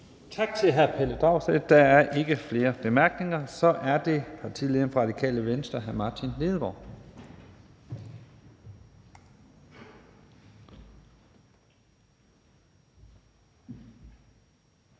Tak til hr. Pelle Dragsted. Der er ikke flere korte bemærkninger. Så er det partilederen fra Radikale Venstre, hr. Martin Lidegaard.